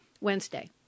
Wednesday